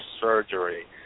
surgery